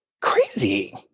crazy